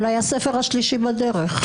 אולי ספר השלישי בדרך.